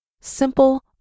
Simple